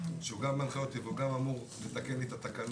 שהוא גם מנחה אותי והוא גם אמור לתקן לי את התקנות,